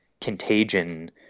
contagion